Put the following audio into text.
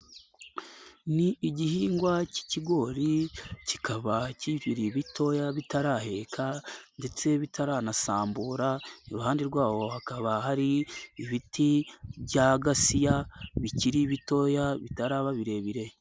Ni igihingwa cy'ikigori kikaba kikiri bitoya bitaraheka ndetse bitaranasambura, iruhande rwawo hakaba hari ibiti byagasiya bikiri bitoya bitaraba birebire.